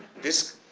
this